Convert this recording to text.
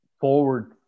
forward